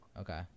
Okay